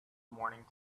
morning